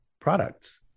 products